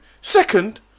Second